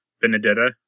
Benedetta